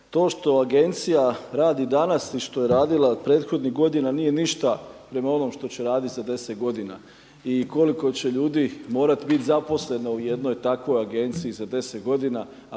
To što agencija radi danas i što je radila prethodnih godina nije ništa prema onom što će raditi za 10 godina i koliko će ljudi morati biti zaposleno u jednoj takvoj agenciji za 10 godina